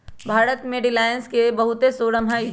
भारत में रिलाएंस के बहुते शोरूम हई